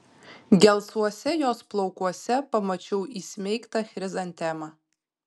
gelsvuose jos plaukuose pamačiau įsmeigtą chrizantemą